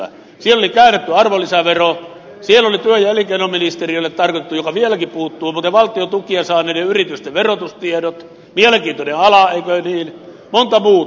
siellä oli käännetty arvonlisävero siellä olivat työ ja elinkeinoministeriölle tarkoitetut valtion tukia saaneiden yritysten verotustiedot jotka vieläkin puuttuvat mielenkiintoinen ala eikö niin ja monta muuta